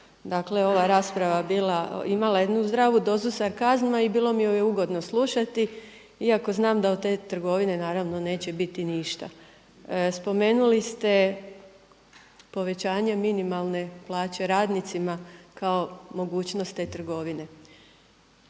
dakle ova rasprava bila, imala jednu zdravu dozu sarkazma i bilo mi ju je ugodno slušati iako znam da od te trgovine naravno neće biti ništa. Spomenuli ste povećanje minimalne plaće radnicima kao mogućnost te trgovine.